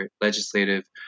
legislative